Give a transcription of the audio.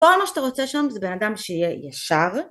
כל מה שאתה רוצה שם, זה בן אדם שיהיה ישר